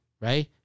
right